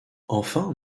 enfin